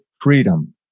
freedom